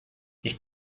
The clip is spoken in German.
ich